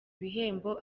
bihembo